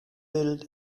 will